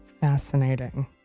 fascinating